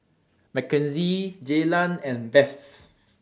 Mackenzie Jaylan and Beth